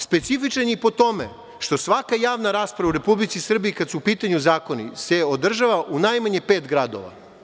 Specifičan je i po tome što svaka javna rasprava u Republici Srbiji kada su u pitanju zakoni, se održava u najmanje pet gradova.